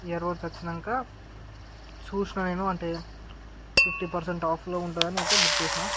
year birds వచ్చినాంక చూసిన నేను అంటే ఫిఫ్టీ పర్సెంట్ ఆఫ్లో ఉంటదని అయితే బుక్ చేసిన